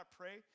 pray